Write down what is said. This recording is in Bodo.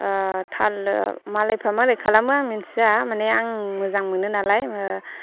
थाल मालायफ्रा मारै खालामो आं मिथिया माने आं मोजां मोनो नालाय